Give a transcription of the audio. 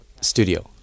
studio